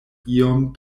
iom